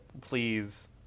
please